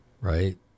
Right